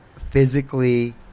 physically